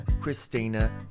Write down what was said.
Christina